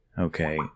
okay